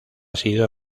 sido